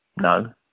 no